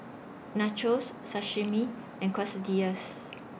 Nachos Sashimi and Quesadillas